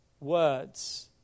words